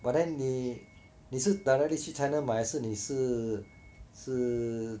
but then 你你是 directly 去 china 买还是你是是